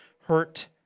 hurt